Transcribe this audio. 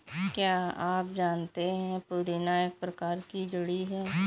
क्या आप जानते है पुदीना एक प्रकार की जड़ी है